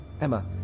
Emma